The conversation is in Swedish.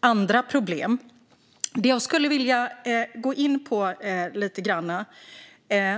andra problem. Detta lyfter även interpellanten upp.